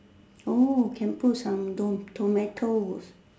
oh can put some some tomatoes